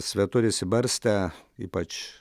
svetur išsibarstę ypač